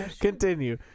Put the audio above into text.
continue